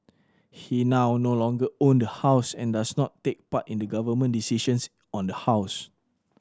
he now no longer own the house and does not take part in the Government decisions on the house